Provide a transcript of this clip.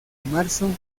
marzo